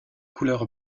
couleur